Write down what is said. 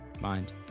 mind